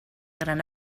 gran